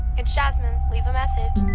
it's jasmine. leave a message.